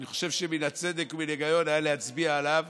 אני חושב שמן הצדק ומן ההיגיון היה להצביע עליו